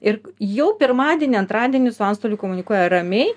ir jau pirmadienį antradienį su antstoliu komunikuoja ramiai